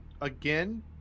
Again